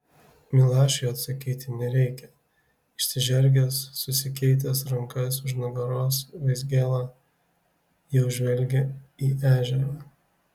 milašiui atsakyti nereikia išsižergęs susikeitęs rankas už nugaros vaizgėla jau žvelgia į ežerą